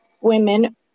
women